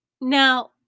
Now